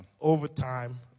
overtime